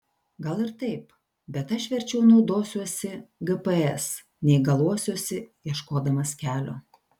gal ir taip bet aš verčiau naudosiuosi gps nei galuosiuosi ieškodamas kelio